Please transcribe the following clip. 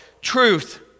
truth